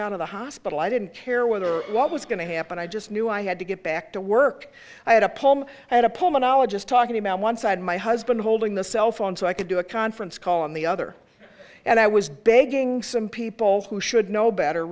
out of the hospital i didn't care whether what was going to happen i just knew i had to get back to work i had a poem and a pulmonologist talking about one side my husband holding the cell phone so i could do a conference call on the other and i was begging some people who should know better